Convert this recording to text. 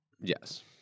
Yes